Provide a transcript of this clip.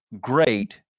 great